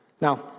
Now